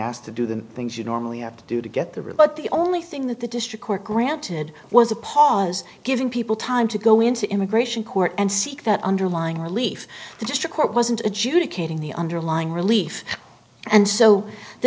asked to do the things you normally have to do to get the room but the only thing that the district court granted was a pause giving people time to go into immigration court and seek that underlying relief the district court wasn't adjudicating the underlying relief and so the